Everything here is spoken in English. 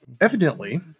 evidently